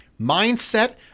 Mindset